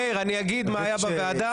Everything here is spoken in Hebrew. מאיר, אני אגיד מה היה בוועדה.